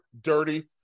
Dirty